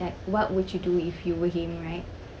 that what would you do if you were him right